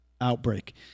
outbreak